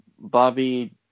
Bobby